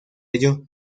ello